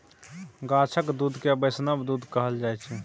गाछक दुध केँ बैष्णव दुध कहल जाइ छै